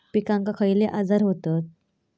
पिकांक खयले आजार व्हतत?